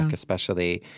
especially.